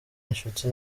inshuti